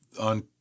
on